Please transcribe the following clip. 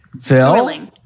Phil